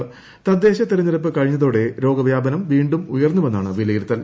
കൃത്ദ്ദേശ തെരഞ്ഞെടുപ്പ് കഴിഞ്ഞതോടെ രോഗവ്യാപനം റ്റ്റുണ്ടൂർ ഉയർന്നുവെന്നാണ് വിലയിരുത്തൽ